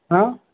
हाँ